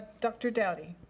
dr. dowdy.